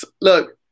look